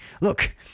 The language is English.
Look